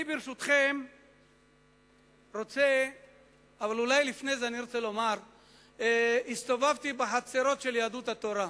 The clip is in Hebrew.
אני רוצה לומר שהסתובבתי בחצרות של יהדות התורה.